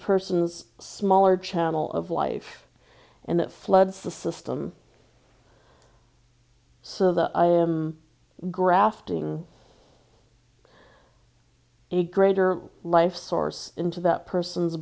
person's smaller channel of life and it floods the system so that i am grafting a greater life source into that person's